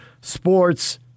Sports